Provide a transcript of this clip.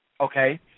Okay